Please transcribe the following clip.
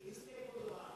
באיזה סטייק מדובר?